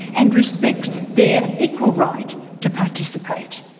and respects their equal right to participate.